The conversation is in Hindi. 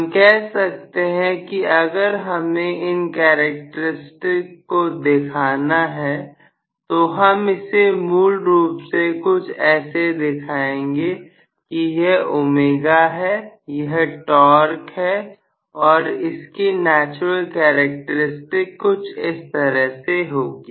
हम कह सकते हैं कि अगर हमें इन कैरेक्टर स्टिक्स को दिखाना है तो हम इसे मूल रूप से कुछ ऐसे दिखाएंगे कि यह ओमेगा है यह टॉर्क है और इसकी नेचुरल कैरेक्टर स्टिक्स कुछ इस तरह से होगी